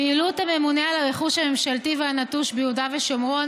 פעילות הממונה על הרכוש הממשלתי והנטוש ביהודה ושומרון